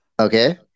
okay